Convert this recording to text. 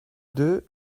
deux